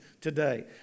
today